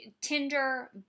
Tinder